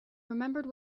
remembered